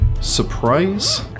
surprise